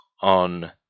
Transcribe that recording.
on